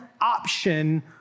option